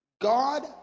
God